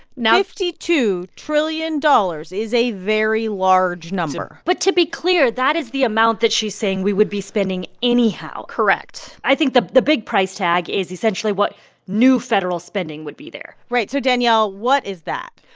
now. fifty-two trillion dollars is a very large number but to be clear, that is the amount that she's saying we would be spending anyhow correct i think the the big price tag is essentially what new federal spending would be there right. so, danielle, what is that?